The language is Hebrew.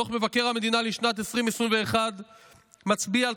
דוח מבקר המדינה לשנת 2021 מצביע על